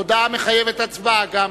הודעה מחייבת גם הצבעה.